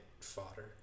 fodder